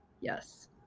Yes